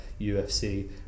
UFC